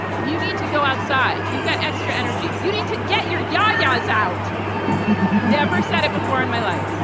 you need to go outside. you've got extra energy. you need to get your ya yas out. i never said it before in my life,